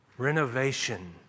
Renovation